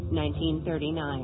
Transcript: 1939